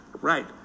Right